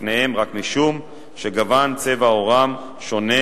לפניהם רק משום שגון או צבע עורם שונה,